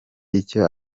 icyo